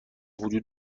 وجود